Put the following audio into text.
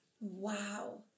Wow